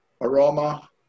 aroma